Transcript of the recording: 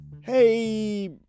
hey